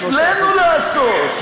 הפלאנו לעשות,